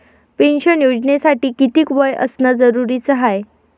Pension योजनेसाठी कितीक वय असनं जरुरीच हाय?